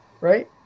right